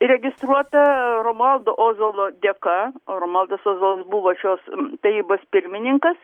įregistruota romualdo ozolo dėka o romualdas ozolas buvo šios tarybos pirmininkas